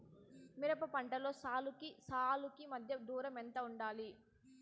మిరప పంటలో సాలుకి సాలుకీ మధ్య దూరం ఎంత వుండాలి?